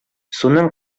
суның